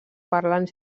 parlants